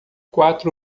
quatro